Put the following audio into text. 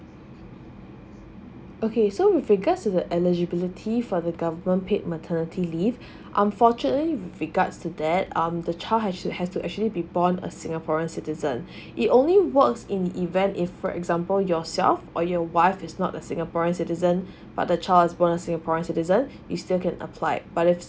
okay so with regards to the eligibility for the government paid maternity leave unfortunately with regards to that um the child has has to actually be born a singaporean citizen it only works in event if for example yourself or your wife is not a singaporean citizen but the child is born a singaporean citizen you still can apply but is